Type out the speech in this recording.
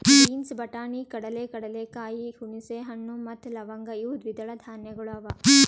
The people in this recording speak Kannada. ಬೀನ್ಸ್, ಬಟಾಣಿ, ಕಡಲೆ, ಕಡಲೆಕಾಯಿ, ಹುಣಸೆ ಹಣ್ಣು ಮತ್ತ ಲವಂಗ್ ಇವು ದ್ವಿದಳ ಧಾನ್ಯಗಳು ಅವಾ